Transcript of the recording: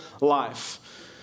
life